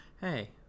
hey